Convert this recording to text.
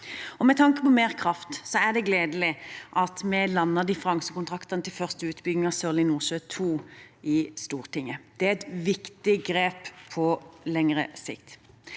Med tanke på mer kraft er det gledelig at vi landet differansekontraktene til første utbygging av Sørlige Nordsjø II i Stortinget. Det er et viktig grep på lengre sikt.